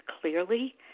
clearly